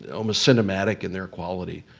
almost cinematic in their quality,